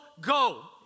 go